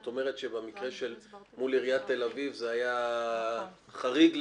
זאת אומרת שבמקרה מול עיריית תל אביב זה היה חריג לרעה,